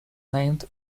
named